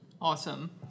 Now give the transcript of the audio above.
Awesome